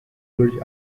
look